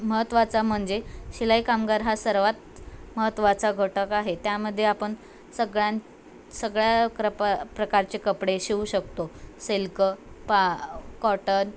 महत्त्वाचा म्हनजे शिलाई कामगार हा सर्वात महत्त्वाचा घटक आहे त्यामध्ये आपण सगळ्यां सगळ्या प्रप प्रकारचे कपडे शिवू शकतो सिल्क पा कॉटन